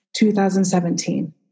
2017